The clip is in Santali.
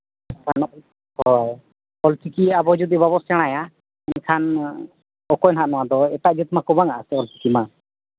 ᱦᱳᱭ ᱚᱞ ᱪᱤᱠᱤ ᱟᱵᱚ ᱡᱩᱫᱤ ᱵᱟᱵᱚ ᱥᱮᱬᱟᱭᱟ ᱮᱱᱠᱷᱟᱱ ᱚᱠᱚᱭ ᱱᱟᱦᱟᱜ ᱱᱚᱣᱟᱫᱚ ᱮᱴᱟᱜ ᱡᱟᱹᱛ ᱢᱟ ᱠᱚ ᱵᱟᱝᱼᱟ ᱛᱚ ᱚᱞ ᱪᱤᱠᱤ ᱢᱟ